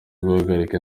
guhagarika